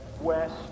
west